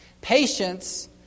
Patience